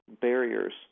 barriers